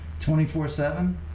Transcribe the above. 24-7